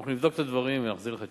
אנחנו נבדוק את הדברים ונחזיר לך תשובה.